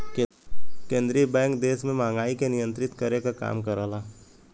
केंद्रीय बैंक देश में महंगाई के नियंत्रित करे क काम करला